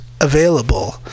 available